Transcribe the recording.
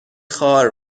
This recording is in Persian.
خار